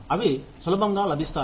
అవి సులభంగా లభిస్తాయి